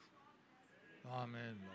Amen